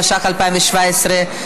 התשע"ח 2017,